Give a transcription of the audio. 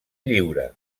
lliure